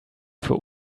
für